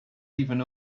even